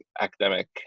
academic